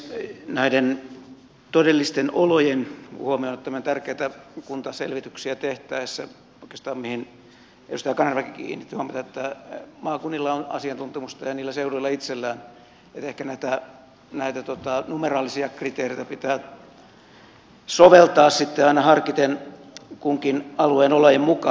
näiden todellisten olojen huomioonottaminen on tärkeätä kuntaselvityksiä tehtäessä mihin oikeastaan edustaja kanervakin kiinnitti huomiota maakunnilla on asiantuntemusta niillä seuduilla itsellään niin että ehkä näitä numeraalisia kriteereitä pitää soveltaa sitten aina harkiten kunkin alueen olojen mukaan